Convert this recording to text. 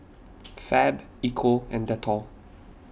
Fab Ecco and Dettol